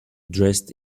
dressed